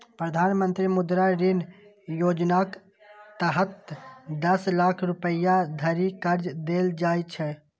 प्रधानमंत्री मुद्रा ऋण योजनाक तहत दस लाख रुपैया धरि कर्ज देल जाइ छै